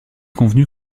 convenu